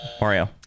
Mario